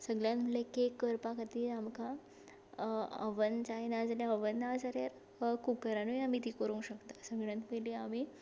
सगल्यान म्हणल्या केक करपा खातीर आमकां अवन जाय ना जाल्यार अवन ना जाल्यार कुकरानूय आमी ती करूंक शकता सगळ्यान पयलीं आमी